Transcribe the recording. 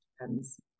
depends